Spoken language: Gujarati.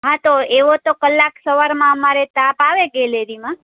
હા તો એવો તો કલાક સવારમાં અમારે તાપ આવે ગેલેરીમાં